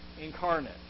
incarnate